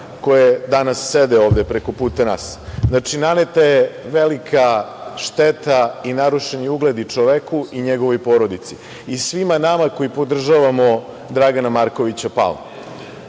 koje danas sede prekoputa nas. Naneta je velika šteta i narušen je ugled i čoveku i njegovoj porodici i svima nama koji podržavamo Dragana Markovića Palmu. Javna